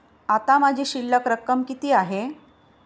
आता माझी शिल्लक रक्कम किती आहे?